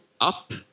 up